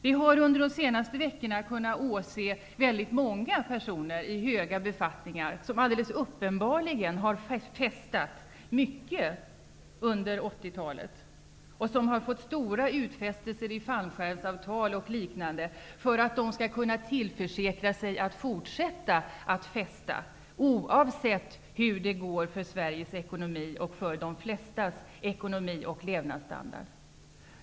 Vi har under de senaste veckorna kunnat åse väldigt många personer i höga befattningar som alldeles uppenbarligen har festat mycket under 80 talet och som har fått stora utfästelser i form av fallskärmsavtal och liknande för att de skall kunna tillförsäkra sig att fortsätta att festa, oavsett hur det går för Sveriges ekonomi och för de flestas ekonomi och levnadsstandard.